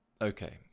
okay